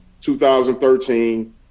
2013